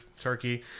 turkey